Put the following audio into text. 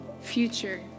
future